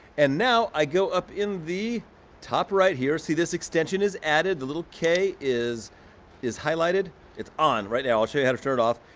and now i go up in the top right here. see this extension is added the little k is is highlighted. it's on right now, i'll show you how to turn it off.